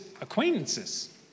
acquaintances